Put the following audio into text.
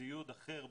ציוד אחר בדירה,